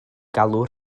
galw